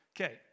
Okay